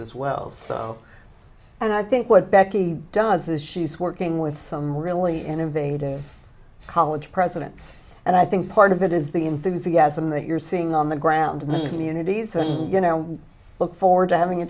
as well so and i think what becky does is she's working with some really innovative college presidents and i think part of it is the enthusiasm that you're seeing on the ground unities you know look forward to having a